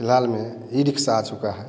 फिलहाल में e rickshaw आ चुका है